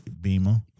Beamer